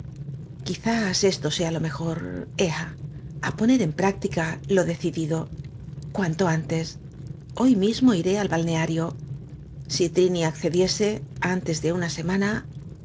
esto sea lo m e j o r e a á poner en práctica lo decidido cuanto antes hoy m i s m o iré al b a l n e a r i o si trini accediese antes de una s